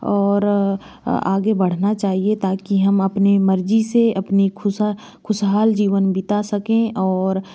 और आगे बढ़ना चाहिए ताकि हम अपनी मर्जी से अपनी खुशहाल जीवन बिता सकें और